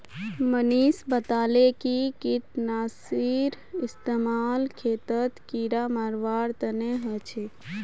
मनीष बताले कि कीटनाशीर इस्तेमाल खेतत कीड़ा मारवार तने ह छे